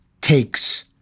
takes